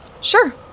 Sure